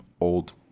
old